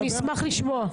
אני אשמח לשמוע.